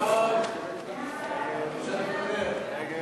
ההצעה להעביר